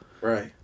Right